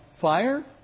fire